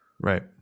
right